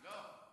לא.